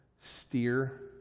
steer